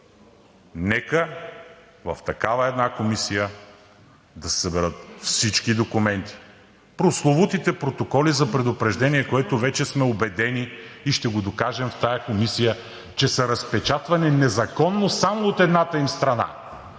Нека в такава една комисия да се съберат всички документи, прословутите протоколи за предупреждение, което вече сме убедени и ще го докажем в тази комисия, че са разпечатвани незаконно само от едната им страна,